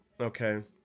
Okay